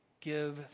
give